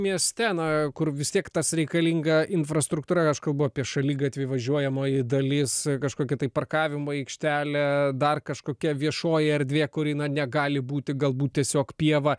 mieste na kur vis tiek tas reikalinga infrastruktūra aš kalbu apie šaligatvį važiuojamoji dalis kažkokia tai parkavimo aikštelę dar kažkokia viešoji erdvė kur negali būti galbūt tiesiog pieva